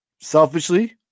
selfishly